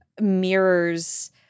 mirrors